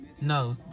No